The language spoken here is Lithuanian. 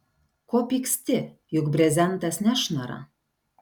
ko pyksti juk brezentas nešnara